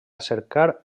cercar